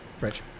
Rich